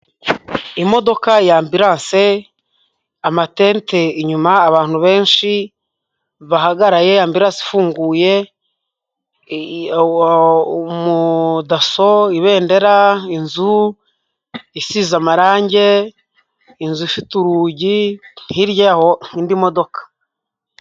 Imodoka y’ambulance amatente inyuma abantu benshi bahagaraye ambilanse ifunguye umudaso ibendera inzu isize amarangi inzu ifite urugi hirya yaho har’indi modoka.